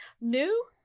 new